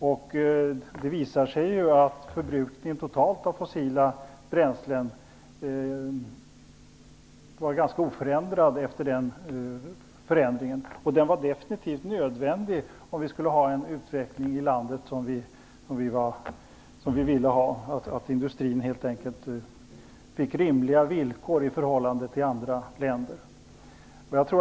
Det har visat sig att den totala förbrukningen av fossila bränslen var ganska oförändrad efter den ändringen, och den var definitivt nödvändig om vi skulle få den utveckling i landet som vi ville ha. Industrin fick helt enkelt rimliga villkor i förhållande till industrin i andra länder.